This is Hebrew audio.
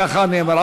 ככה נאמר.